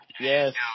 Yes